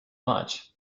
much